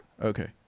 okay